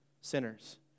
sinners